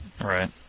Right